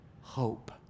hope